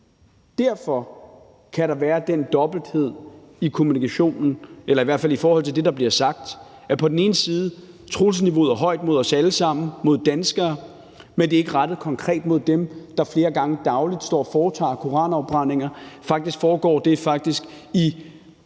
Derfor kan der være den dobbelthed i kommunikationen eller i hvert fald i forhold til det, der bliver sagt, at på den ene side er trusselsniveauet højt mod os alle sammen, mod danskere, men det er på den anden side ikke rettet konkret mod dem, der flere gange dagligt står og foretager koranafbrændinger. Det foregår